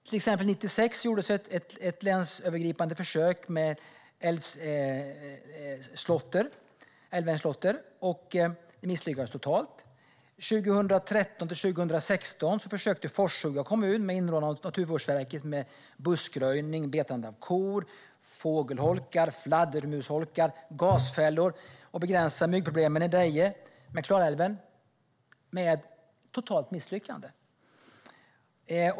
Till exempel gjordes ett länsövergripande försök 1996 med älvängsslåtter. Det misslyckades totalt. År 2013-2016 försökte Forshaga kommun, på inrådan av Naturvårdsverket, att med hjälp av buskröjning, betande av kor, fågelholkar, fladdermusholkar och gasfällor begränsa myggproblemen i Deje vid Klarälven. Det blev ett totalt misslyckande.